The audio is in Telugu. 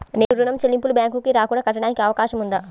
నేను ఋణం చెల్లింపులు బ్యాంకుకి రాకుండా కట్టడానికి అవకాశం ఉందా?